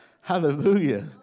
Hallelujah